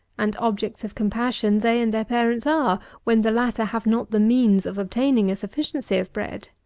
and objects of compassion they and their parents are, when the latter have not the means of obtaining a sufficiency of bread.